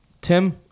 Tim